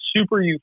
super